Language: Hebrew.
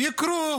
יוכרו